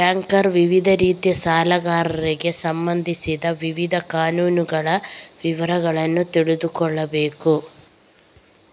banker ವಿವಿಧ ರೀತಿಯ ಸಾಲಗಾರರಿಗೆ ಸಂಬಂಧಿಸಿದ ವಿವಿಧ ಕಾನೂನುಗಳ ವಿವರಗಳನ್ನು ತಿಳಿದುಕೊಳ್ಳಬೇಕು